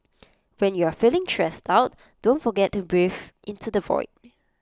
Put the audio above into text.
when you are feeling stressed out don't forget to breathe into the void